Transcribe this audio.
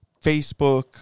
Facebook